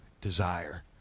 desire